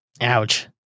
Ouch